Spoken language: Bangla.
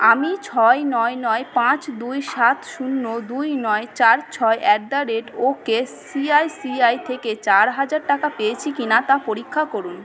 আমি ছয় নয় নয় পাঁচ দুই সাত শুন্য দুই নয় চার ছয় at the rate okay C I C I থেকে চার হাজার টাকা পেয়েছি কিনা তা পরীক্ষা করুন